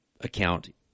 account